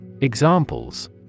Examples